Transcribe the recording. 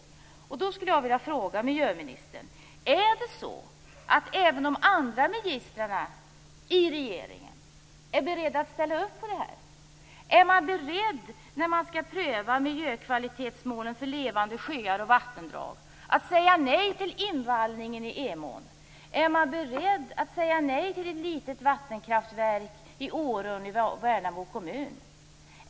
Då skulle jag vilja fråga miljöministern: Är det så att även de andra ministrarna i regeringen är beredda att ställa upp på det här? När man skall pröva miljökvalitetsmål för levande sjöar och vattendrag, är de då beredda att säga nej till invallningen i Emån? Är de beredda att säga nej till ett litet vattenkraftverk i Årån i Värnamo kommun?